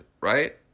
right